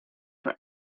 for